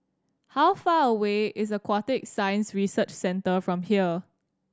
how far away is Aquatic Science Research Centre from here